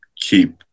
keep